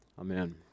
Amen